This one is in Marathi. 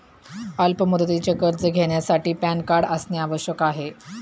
अल्प मुदतीचे कर्ज घेण्यासाठी पॅन कार्ड असणे आवश्यक आहे का?